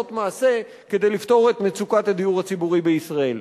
מעשה כדי לפתור את מצוקת הדיור הציבורי בישראל.